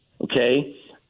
okay